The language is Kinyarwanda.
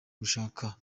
gushaka